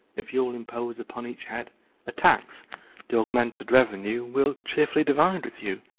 if you'll impose upon each head a tax, the augmented revenue we'll cheerfully divide with you.